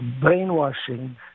brainwashing